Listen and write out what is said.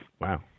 Wow